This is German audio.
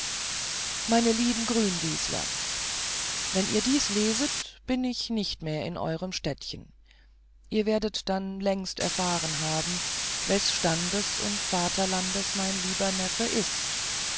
meine lieben grünwieseler wenn ihr dies leset bin ich nicht mehr in eurem städtchen und ihr werdet dann längst erfahren haben wes standes und vaterlandes mein lieber neffe ist